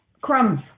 Crumbs